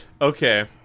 okay